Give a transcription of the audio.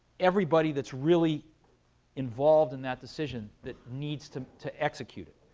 everybody that's really involved in that decision, that needs to to execute it.